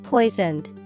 Poisoned